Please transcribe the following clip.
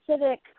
Civic